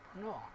No